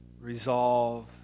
resolve